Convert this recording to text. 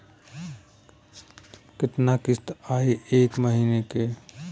कितना किस्त आई एक महीना के?